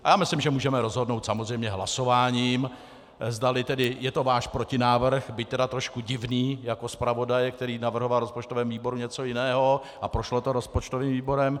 Já myslím, že můžeme rozhodnout samozřejmě hlasováním, zdali tedy je to váš protinávrh, byť tedy trošku divný, jako zpravodaje, který navrhoval v rozpočtovém výboru něco jiného a prošlo to rozpočtovým výborem.